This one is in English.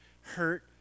hurt